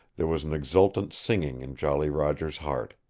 there was an exultant singing in jolly roger's heart.